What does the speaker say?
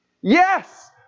Yes